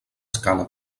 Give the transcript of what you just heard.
scala